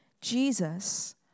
Jesus